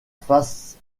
face